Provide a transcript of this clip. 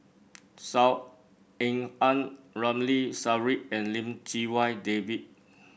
Saw Ean Ang Ramli Sarip and Lim Chee Wai David